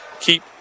keep